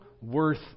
worth